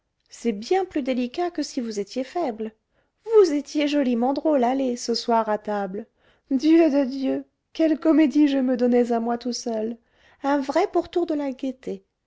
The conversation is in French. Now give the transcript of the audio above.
c'est bien plus délicat que si vous étiez faible vous étiez joliment drôle allez ce soir à table dieu de dieu quelle comédie je me donnais à moi tout seul un vrai pourtour de